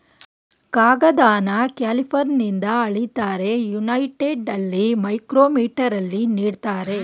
ಕಾಗದನ ಕ್ಯಾಲಿಪರ್ನಿಂದ ಅಳಿತಾರೆ, ಯುನೈಟೆಡಲ್ಲಿ ಮೈಕ್ರೋಮೀಟರಲ್ಲಿ ನೀಡ್ತಾರೆ